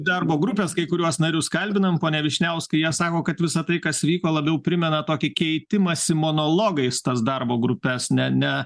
darbo grupės kai kuriuos narius kalbinom pone vyšniauskui jie sako kad visa tai kas vyko labiau primena tokį keitimąsi monologais tas darbo grupes ne ne